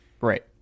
right